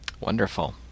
Wonderful